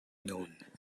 known